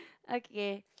okay